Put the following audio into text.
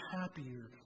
happier